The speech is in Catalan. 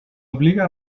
obliga